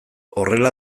horrela